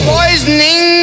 Poisoning